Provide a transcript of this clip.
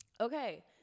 Okay